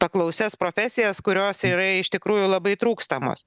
paklausias profesijas kurios yra iš tikrųjų labai trūkstamos